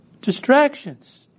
Distractions